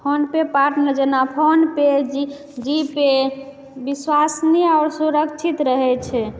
phone पे partner जेना PhonePe G GPay विश्वसनीय आओर सुरक्षित रहै छै